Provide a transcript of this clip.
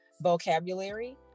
vocabulary